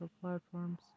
platforms